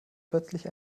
plötzlich